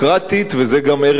וזה גם ערך יהודי,